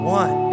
one